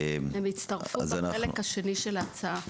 הם יצטרפו בחלק השני של ההצעה.